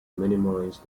minimize